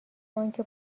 آنکه